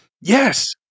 Yes